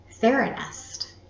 TheraNest